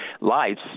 lives